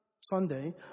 Sunday